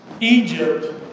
Egypt